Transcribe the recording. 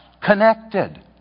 connected